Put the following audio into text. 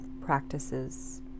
practices